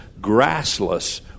grassless